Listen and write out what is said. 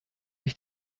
ich